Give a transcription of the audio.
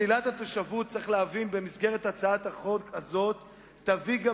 שלילת התושבות במסגרת הצעת החוק הזאת תביא גם